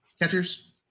catchers